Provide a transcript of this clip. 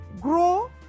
grow